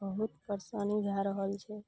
बहुत परेशानी भए रहल छै